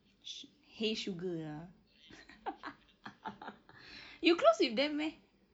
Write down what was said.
!hey! sugar lah you close with them meh